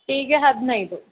ಟೀಗೆ ಹದಿನೈದು